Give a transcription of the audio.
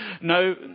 no